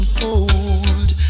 hold